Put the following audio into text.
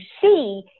see